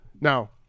now